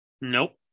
Nope